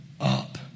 up